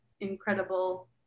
incredible